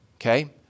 Okay